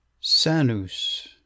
sanus